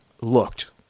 looked